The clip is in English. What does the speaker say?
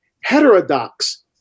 heterodox